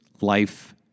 life